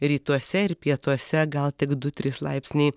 rytuose ir pietuose gal tik du trys laipsniai